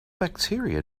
bacteria